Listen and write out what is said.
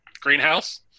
Greenhouse